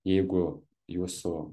jeigu jūsų